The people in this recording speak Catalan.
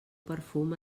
perfum